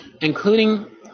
Including